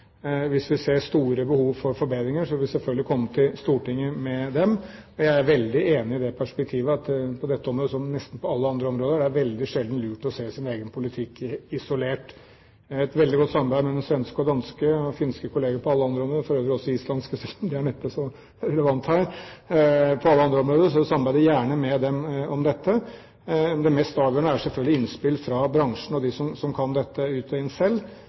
veldig enig i det perspektivet at på dette området som på nesten alle områder er det veldig sjelden lurt å se sin egen politikk isolert. Vi har et veldig godt samarbeid med svenske og danske og finske kolleger på alle områder – for øvrig også med de islandske, selv om det neppe er så relevant her – så vi samarbeider gjerne med dem om dette. Det mest avgjørende er selvfølgelig innspill fra bransjen selv og fra dem som kan dette ut og inn.